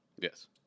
Yes